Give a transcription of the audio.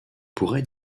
pourrait